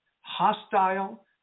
hostile